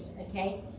okay